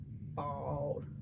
bald